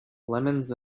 lemons